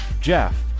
Jeff